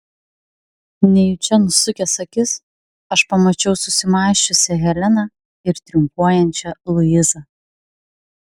nejučia nusukęs akis aš pamačiau susimąsčiusią heleną ir triumfuojančią luizą